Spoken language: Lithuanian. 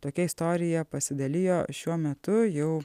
tokia istorija pasidalijo šiuo metu jau